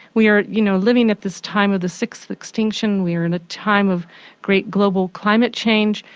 we are you know living at this time of the sixth extinction, we are in a time of great global climate change,